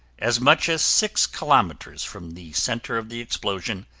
as much as six kilometers from the center of the explosion,